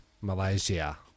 Malaysia